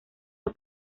los